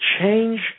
change